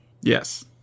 yes